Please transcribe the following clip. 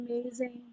amazing